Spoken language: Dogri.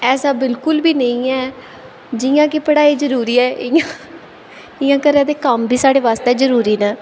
ऐसा बिलकुल बी नेईं है जियां कि पढ़ाई जरूरी ऐ इ'यां इ'यां घरै दे कम्म बी साढ़े बास्तै जरूरी न